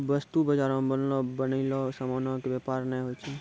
वस्तु बजारो मे बनलो बनयलो समानो के व्यापार नै होय छै